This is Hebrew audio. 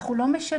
אנחנו לא משנים,